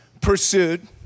pursued